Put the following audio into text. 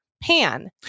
pan